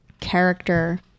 character